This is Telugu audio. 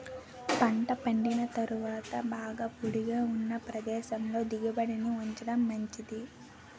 పంట పండిన తరువాత బాగా పొడిగా ఉన్న ప్రదేశంలో దిగుబడిని ఉంచడం మంచిది